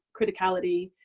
criticality.